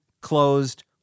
closed